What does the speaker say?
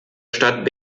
stadt